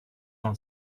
not